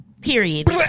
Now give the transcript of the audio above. Period